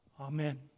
Amen